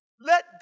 Let